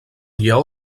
lleó